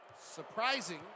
surprising